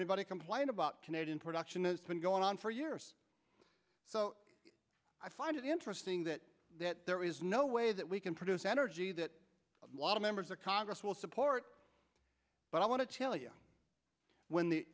anybody complain about canadian production it's been going on for years so i find it interesting that that there is no way that we can produce energy that a lot of members of congress will support but i want to tell you when the